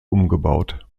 umgebaut